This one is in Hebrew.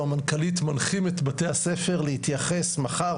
או המנכ"לית מנחים את בתי הספר להתייחס מחר,